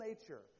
nature